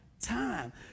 time